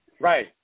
right